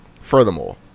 Furthermore